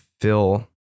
fill